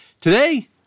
Today